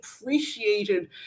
appreciated